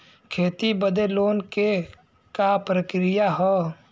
खेती बदे लोन के का प्रक्रिया ह?